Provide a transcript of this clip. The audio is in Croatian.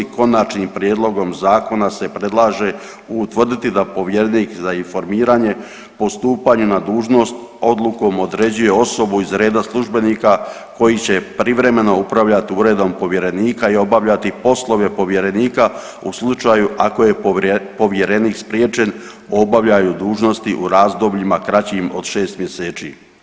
Konačnim prijedlogom zakona se predlaže utvrditi da povjerenik za informiranje po stupanju na dužnost odlukom određuje osobu iz reda službenika koji će privremeno upravljati Uredom povjerenika i obavljati poslove povjerenika u slučaju ako je povjerenik spriječen u obavljanju dužnosti u razdobljima kraćim od 6 mjeseci.